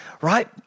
right